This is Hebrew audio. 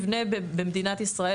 במדינת ישראל,